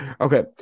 Okay